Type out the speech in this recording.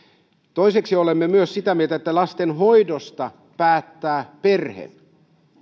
toiseksi olemme myös sitä mieltä että lastenhoidosta päättää perhe